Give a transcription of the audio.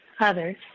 others